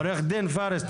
עו"ד פארס,